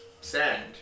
sand